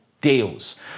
deals